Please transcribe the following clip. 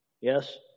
Yes